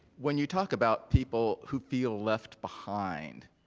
when you talk about people who feel left behind,